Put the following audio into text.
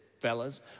fellas